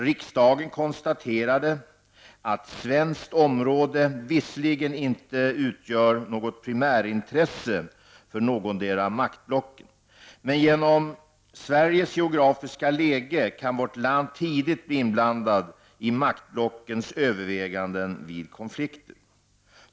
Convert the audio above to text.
Riksdagen konstaterade att svenskt område visserlingen inte utgör något primärintresse för någotdera maktblocket, men genom Sveriges geografiska läge kan vårt land tidigt bli inblandat i maktblockens överväganden vid konflikter.